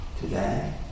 today